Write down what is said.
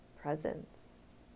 presence